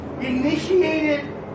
initiated